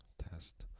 test,